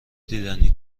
دیدنی